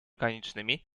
ganicznymi